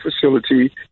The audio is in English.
facility